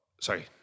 Sorry